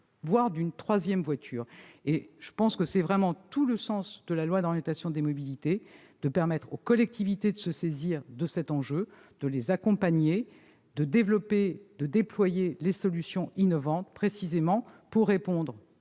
voire d'une troisième voiture. C'est vraiment tout le sens de la loi d'orientation des mobilités de permettre aux collectivités de se saisir de cet enjeu, de les accompagner, de déployer les solutions innovantes, précisément pour répondre